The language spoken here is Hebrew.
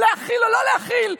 להכיל או לא להכיל.